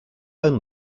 own